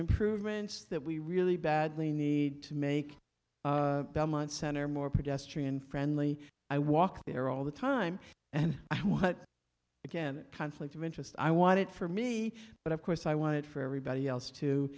improvements that we really badly need to make belmont center more pedestrian friendly i walk there all the time and what again conflict of interest i want it for me but of course i want it for everybody else too